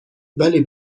ولی